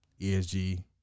ESG